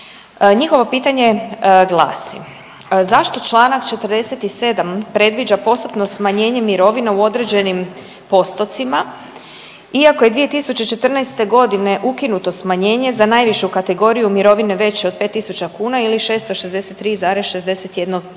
Njihovo pitanje glasi: Zašto članak 47. predviđa postupno smanjenje mirovina u određenim postocima, iako je 2014. godine ukinuto smanjenje za najvišu kategoriju mirovine veće od 5000 kuna ili 663,61 eura,